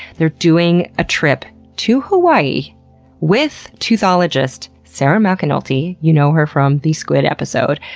they're doing a trip to hawaii with teuthologist sarah mcanulty, you know her from the squid episode,